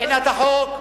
מבחינת החוק.